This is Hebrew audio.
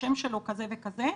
השם שלו כזה וכזה,